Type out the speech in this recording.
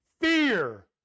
fear